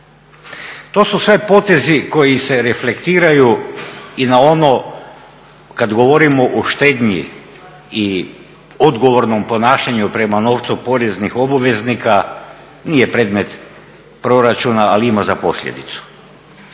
To su sve potezi koji se reflektiraju i na ono kada govorimo o štednji i odgovornom ponašanju prema novcu poreznih obveznika nije predmet proračuna ali ima za posljedicu.